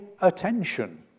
attention